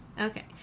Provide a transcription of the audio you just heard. okay